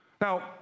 Now